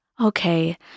Okay